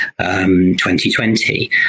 2020